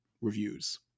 reviews